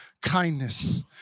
kindness